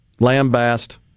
lambast